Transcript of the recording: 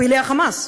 פעילי ה"חמאס",